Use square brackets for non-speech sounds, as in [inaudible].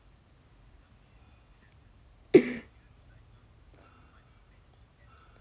[coughs]